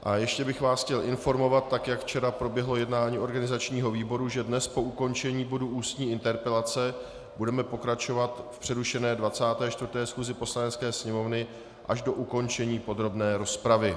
A ještě bych vás chtěl informovat, tak jak včera proběhlo jednání organizačního výboru, že dnes po ukončení bodu Ústní interpelace budeme pokračovat v přerušené 24. schůzi Poslanecké sněmovny až do ukončení podrobné rozpravy.